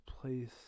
place